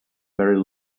very